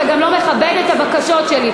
אתה גם לא מכבד את הבקשות שלי,